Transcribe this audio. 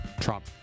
Trump